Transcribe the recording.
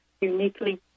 uniquely